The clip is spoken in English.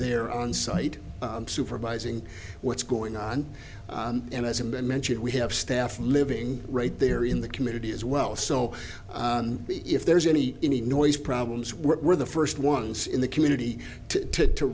there onsite supervising what's going on and as i mentioned we have staff living right there in the community as well so if there's any any noise problems we're the first ones in the community to